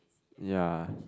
yea